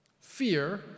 Fear